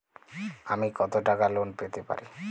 আমি কত টাকা লোন পেতে পারি?